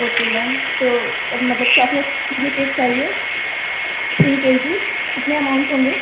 okay ma'am तो मतलब chocolate मुझे केक चाहिए थ्री के जी कितना अमाउंट होगा